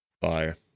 Fire